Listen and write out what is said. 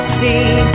see